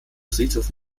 friedhof